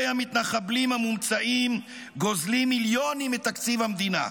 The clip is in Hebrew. המתנחלים המומצאים גוזלים מיליונים מתקציב המדינה,